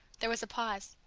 there was a pause.